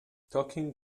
talking